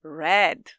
red